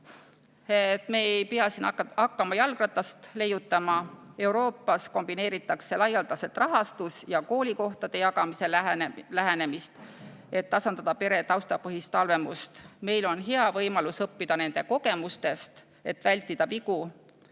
Me ei pea siin hakkama jalgratast leiutama. Euroopas kombineeritakse laialdaselt rahastust ja koolikohtade jagamisel lähenemist, et tasandada pere tausta põhist halvemust. Meil on hea võimalus õppida nende kogemustest, et vältida vigu,